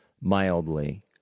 mildly